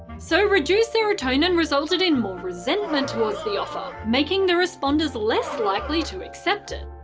so reduced serotonin resulted in more resentment towards the offer, making the responders less likely to accept it.